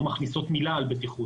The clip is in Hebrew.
לא מכניסות מילה על בטיחות.